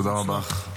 תודה רבה.